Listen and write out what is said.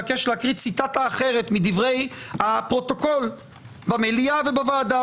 בכל פעם אני אבקש להקריא ציטטה אחרת מדברי הפרוטוקול במליאה ובוועדה.